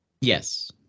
Yes